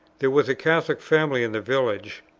there was a catholic family in the village,